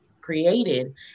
created